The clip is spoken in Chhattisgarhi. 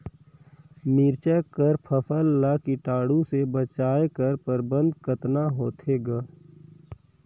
मिरचा कर फसल ला कीटाणु से बचाय कर प्रबंधन कतना होथे ग?